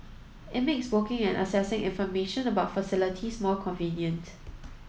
it makes booking and accessing information about facilities more convenient